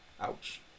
Ouch